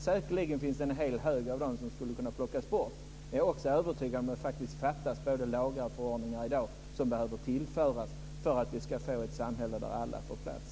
Säkerligen är det en hel hög av dem som skulle kunna plockas bort. Men jag är också övertygad om att det fattas både lagar och förordningar i dag. De behöver tillföras för att vi ska få ett samhälle där alla får plats.